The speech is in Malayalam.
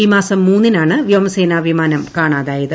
ഈ മാസം മൂന്നിനാണ് വ്യോമസേനാ വിമാനം കാണാതായത്